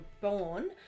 born